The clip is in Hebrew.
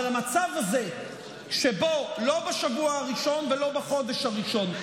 אבל המצב הזה שבו לא בשבוע הראשון ולא בחודש הראשון,